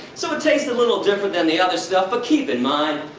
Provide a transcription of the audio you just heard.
so it tastes a little different than the other stuff, but keep in mind,